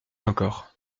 encore